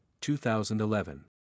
2011